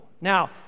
Now